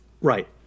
Right